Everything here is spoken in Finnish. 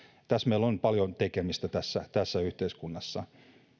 tässä meillä on paljon tekemistä tässä tässä yhteiskunnassa